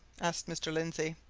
asked mr. lindsey.